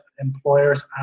employers